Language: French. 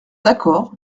accord